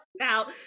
out